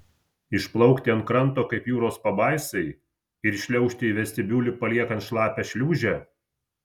išplaukti ant kranto kaip jūros pabaisai ir įšliaužti į vestibiulį paliekant šlapią šliūžę